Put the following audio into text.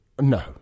no